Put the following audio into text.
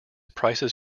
prices